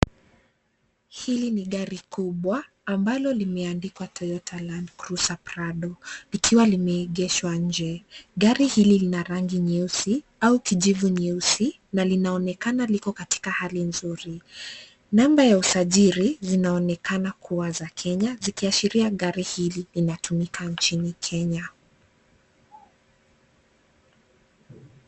Hili ni gari kubwa ambalo limeandikwa Toyota Landcruiser Prado likiwa limeegeshwa nje. Gari hili lina rangi nyeusi au kijivu nyeusi na linaonekana liko katika hali nzuri. Namba ya usajili zinaonekana kuwa za Kenya zikiashiria gari hili linatumika nchini Kenya.